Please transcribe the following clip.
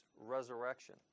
resurrection